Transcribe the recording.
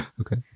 Okay